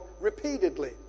repeatedly